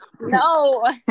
No